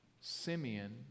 Simeon